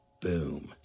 Boom